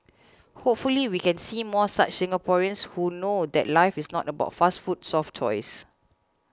hopefully we can see more such Singaporeans who know that life is not about fast food soft toys